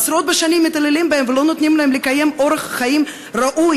עשרות בשנים מתעללים בהם ולא נותנים להם לקיים אורח חיים ראוי.